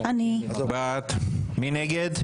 מי נגד?